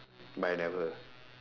but I never